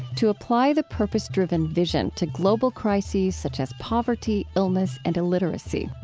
to apply the purpose-driven vision to global crises such as poverty, illness, and illiteracy.